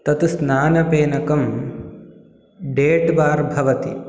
तत् स्नानपेनकं डेट् बार् भवति